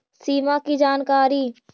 सिमा कि जानकारी?